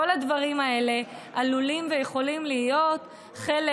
כל הדברים האלה עלולים ויכולים להיות חלק